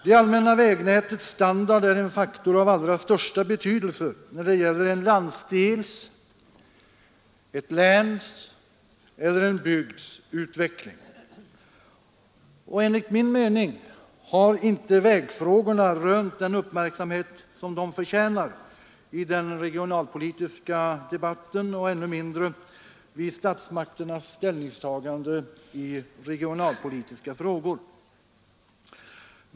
Det allmänna vägnätets standard är en faktor av allra största betydelse när det gäller en landsdels, ett läns eller en bygds utveckling. Och enligt min mening har inte vägfrågorna rönt den uppmärksamhet som de förtjänar i den regionalpolitiska debatten och ännu mindre vid statsmakternas ställningstagande i regionalpolitiska frågor.